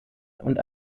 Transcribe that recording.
und